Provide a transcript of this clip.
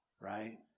right